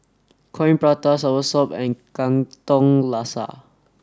Coin Prata Soursop and Katong Laksa